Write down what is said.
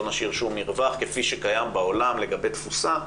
לא נשאיר שום מרווח כפי שקיים בעולם לגבי תפוסה,